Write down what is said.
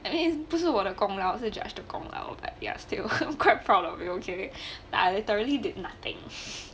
and then 不是我的功劳是 judge 的功劳 but ya still quite proud of it okay but I literally did nothing